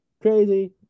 crazy